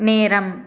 நேரம்